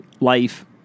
life